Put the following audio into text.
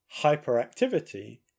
hyperactivity